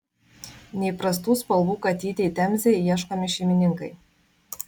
neįprastų spalvų katytei temzei ieškomi šeimininkai